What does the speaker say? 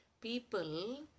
People